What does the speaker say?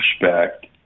respect